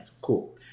Cool